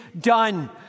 done